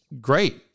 great